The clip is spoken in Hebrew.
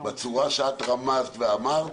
בצורה שאת רמזת ואמרת,